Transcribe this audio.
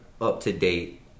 up-to-date